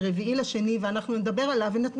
דבר ראשון להבהיר מה היחס בין התקנות